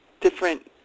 different